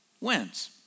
wins